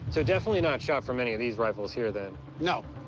so definitely not shot from any of these rifles here, then. no.